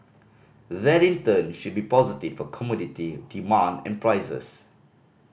that in turn should be positive for commodity demand and prices